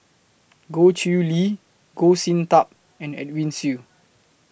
Goh Chiew Lye Goh Sin Tub and Edwin Siew